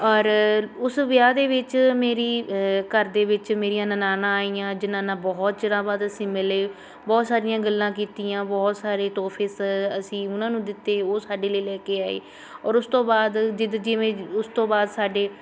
ਔਰ ਉਸ ਵਿਆਹ ਦੇ ਵਿੱਚ ਮੇਰੀ ਘਰ ਦੇ ਵਿੱਚ ਮੇਰੀਆਂ ਨਨਾਨਾਂ ਆਈਆਂ ਜਿਹਨਾਂ ਨਾਲ ਬਹੁਤ ਚਿਰਾਂ ਬਾਅਦ ਅਸੀਂ ਮਿਲੇ ਬਹੁਤ ਸਾਰੀਆਂ ਗੱਲਾਂ ਕੀਤੀਆਂ ਬਹੁਤ ਸਾਰੇ ਤੋਹਫੇਸ ਅਸੀਂ ਉਹਨਾਂ ਨੂੰ ਦਿੱਤੇ ਉਹ ਸਾਡੇ ਲਈ ਲੈ ਕੇ ਆਏ ਔਰ ਉਸ ਤੋਂ ਬਾਅਦ ਜਿਦ ਜਿਵੇਂ ਉਸ ਤੋਂ ਬਾਅਦ ਸਾਡੇ